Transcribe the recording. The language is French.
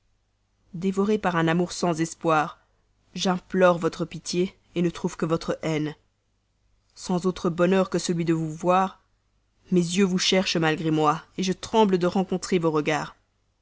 dévoré par un amour sans espoir j'implore votre pitié ne trouve que votre haine sans autre bonheur que celui de vous voir mes yeux vous cherchent malgré moi je tremble de rencontrer vos regards